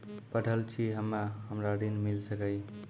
पढल छी हम्मे हमरा ऋण मिल सकई?